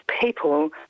people